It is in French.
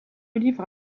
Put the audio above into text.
livre